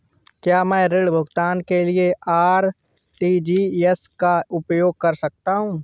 क्या मैं ऋण भुगतान के लिए आर.टी.जी.एस का उपयोग कर सकता हूँ?